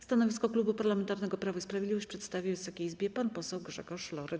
Stanowisko Klubu Parlamentarnego Prawo i Sprawiedliwość przedstawi Wysokiej Izbie pan poseł Grzegorz Lorek.